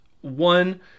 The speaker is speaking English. One